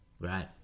Right